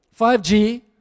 5G